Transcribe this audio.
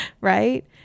Right